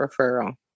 referral